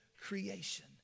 creation